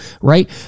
right